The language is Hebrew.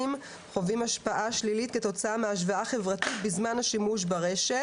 חווים השפעה שלילית כתוצאה מהשוואה חברתית בזמן השימוש ברשת